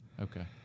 Okay